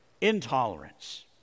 intolerance